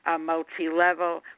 multi-level